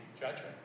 judgment